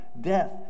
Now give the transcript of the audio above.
death